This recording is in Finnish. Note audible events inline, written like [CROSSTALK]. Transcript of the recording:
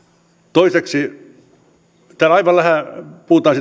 toiseksi täällä aika vähän puhutaan [UNINTELLIGIBLE]